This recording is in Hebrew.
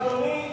אדוני,